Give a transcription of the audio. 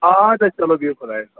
آدٕ حظ چلو بِہِو خۄدایس حوال